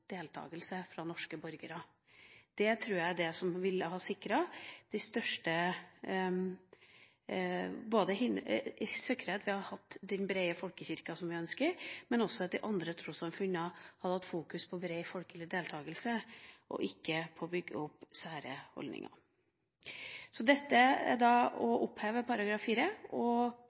fra norske borgere. Det tror jeg er det som vil sikre den brede folkekirka som vi ønsker, og også at de andre trossamfunnene har fokus på bred folkelig deltakelse og ikke på å bygge opp disse holdningene. Så det er da å oppheve § 4 og